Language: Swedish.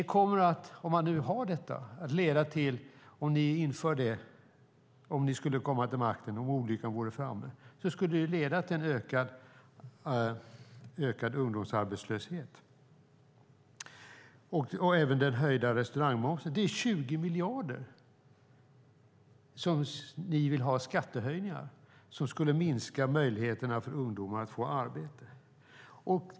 Om nu olyckan skulle vara framme och ni kommer till makten och inför det, Peter Persson, kommer det att leda till en ökad ungdomsarbetslöshet. Det gäller även den höjda restaurangmomsen. Det är 20 miljarder som ni vill ha i skattehöjningar. Det skulle minska möjligheterna för ungdomar att få arbete.